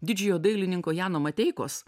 didžiojo dailininko jano mateikos